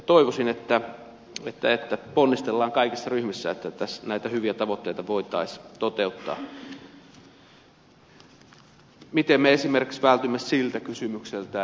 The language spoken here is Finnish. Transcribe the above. toivoisin että ponnistellaan kaikissa ryhmissä että näitä hyviä tavoitteita voitaisiin toteuttaa